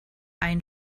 ein